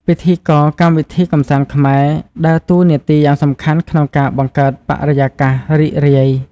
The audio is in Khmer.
ពិធីករកម្មវិធីកម្សាន្ត ខ្មែរដើរតួនាទីយ៉ាងសំខាន់ក្នុងការបង្កើតបរិយាកាសរីករាយ។